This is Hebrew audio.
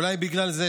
או אולי בגלל זה,